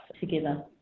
together